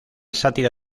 sátira